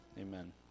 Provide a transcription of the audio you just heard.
Amen